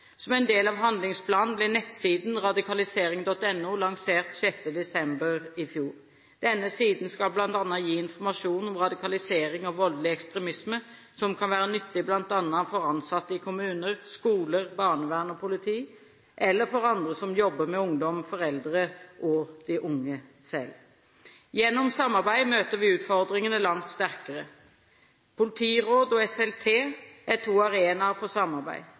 Som en del av handlingsplanen ble nettsiden radikalisering.no lansert 6. desember i fjor. Denne siden skal bl.a. gi informasjon om radikalisering og voldelig ekstremisme, som kan være nyttig bl.a. for ansatte i kommuner, skoler, barnevern og politi, eller for andre som jobber med ungdom, foreldre og de unge selv. Gjennom samarbeid møter vi utfordringene langt sterkere. Politiråd og SLT, Samordning av Lokale rus- og kriminalitetsforebyggende Tiltak, er to arenaer for samarbeid.